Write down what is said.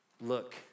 look